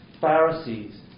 Pharisees